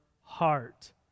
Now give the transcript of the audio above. heart